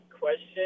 question